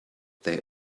they